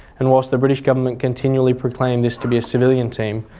and whilst the british government continually proclaimed this to be a civilian team,